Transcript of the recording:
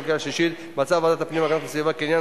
כולל יושב-ראש הוועדה חבר הכנסת אמנון כהן,